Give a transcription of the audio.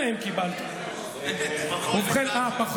גם אתה קיבלת הרבה קולות בבחירות המקדימות.